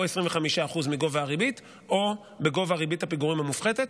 או 25% מגובה הריבית או בגובה ריבית הפיגורים המופחתת.